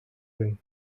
win